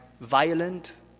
violent